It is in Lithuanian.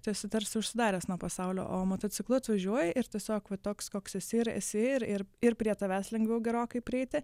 tu esi tarsi užsidaręs nuo pasaulio o motociklu atvažiuoji ir tiesiog va toks koks esi ir esi ir ir ir prie tavęs lengviau gerokai prieiti